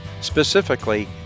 specifically